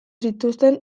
zituzten